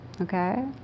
okay